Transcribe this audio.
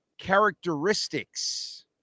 characteristics